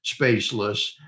spaceless